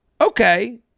okay